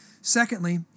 Secondly